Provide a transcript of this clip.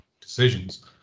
decisions